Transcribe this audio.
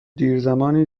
دیرزمانی